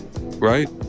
right